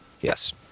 Yes